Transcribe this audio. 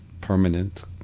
permanent